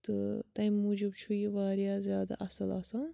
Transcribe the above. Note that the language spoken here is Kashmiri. تہٕ تَمہِ موٗجوٗب چھُ یہِ واریاہ زیادٕ اَصٕل آسان